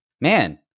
man